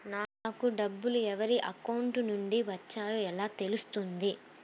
నాకు డబ్బులు ఎవరి అకౌంట్ నుండి వచ్చాయో ఎలా తెలుస్తుంది?